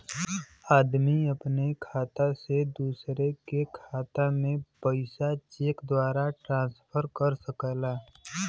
आदमी अपने खाता से दूसरे के खाता में पइसा चेक के द्वारा ट्रांसफर कर सकला